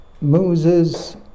Moses